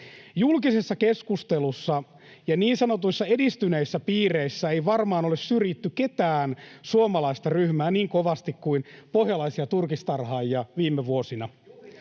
Julkisessa keskustelussa ja niin sanotuissa edistyneissä piireissä ei varmaan ole syrjitty ketään suomalaista ryhmää niin kovasti kuin pohjalaisia turkistarhaajia viime vuosina.